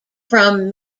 from